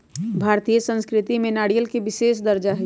भारतीय संस्कृति में नारियल के विशेष दर्जा हई